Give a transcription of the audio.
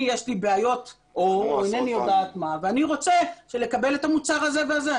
לי יש בעיות עור ואני רוצה לקבל את המוצר הזה והזה.